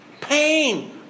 Pain